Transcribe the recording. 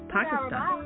Pakistan